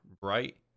bright